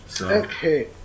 okay